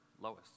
Lois